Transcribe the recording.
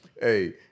Hey